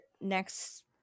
next